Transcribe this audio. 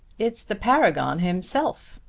it's the paragon himself,